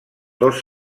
dos